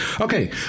Okay